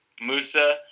Musa